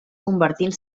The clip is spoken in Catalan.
convertint